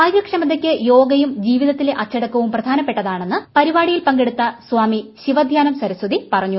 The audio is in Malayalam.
കായികക്ഷമതയ്ക്ക് യോഗയും ജീവിതത്തിലെ അച്ചടക്കവും പ്രധാനപ്പെട്ടതാണെന്ന് പരിപാടിയിൽ പങ്കെടുത്ത സ്വാമി ശിവാധ്യാനം സരസ്വതി പറഞ്ഞു